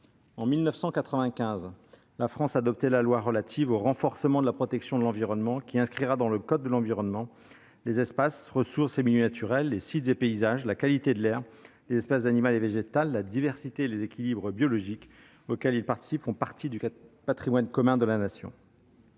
En 1995, la France adoptait la loi relative au renforcement de la protection de l'environnement, qui inscrira dans le code de l'environnement que « les espaces, ressources et milieux naturels, les sites et paysages, la qualité de l'air, les espèces animales et végétales, la diversité et les équilibres biologiques auxquels ils participent font partie du patrimoine commun de la nation